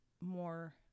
more